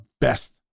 best